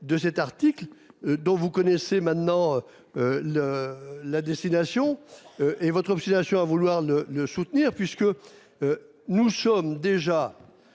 de cet article, dont vous connaissez maintenant. Le la destination et votre obstination à vouloir ne ne soutenir puisque. Nous sommes déjà.